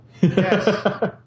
Yes